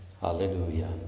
Hallelujah